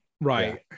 right